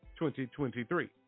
2023